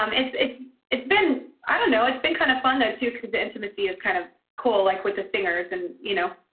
um it's it's been i don't know. it's been kind of fun, though, too, cause the intimacy is kind of cool, like, with the singers and, you know,